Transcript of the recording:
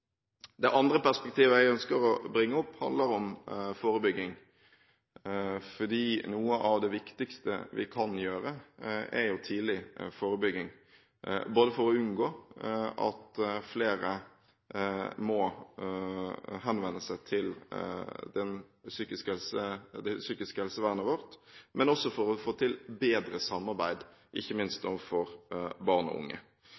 Det andre perspektivet jeg ønsker å ta opp, handler om forebygging. Noe av det viktigste vi kan gjøre, er tidlig forebygging, både for å unngå at flere må henvende seg til det psykiske helsevernet vårt og for å få til bedre samarbeid, ikke minst overfor barn og unge.